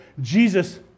Jesus